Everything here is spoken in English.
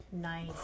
Nice